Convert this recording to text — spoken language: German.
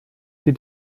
die